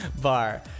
bar